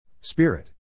Spirit